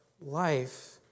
life